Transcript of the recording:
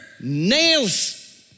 nails